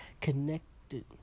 connected